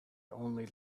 only